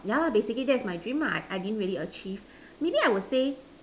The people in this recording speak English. yeah lah basically that's my dream ah I didn't really achieve maybe I would say